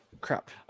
crap